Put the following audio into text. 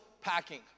packing